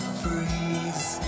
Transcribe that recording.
freeze